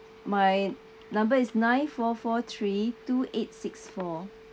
my number is nine four four three two eight six four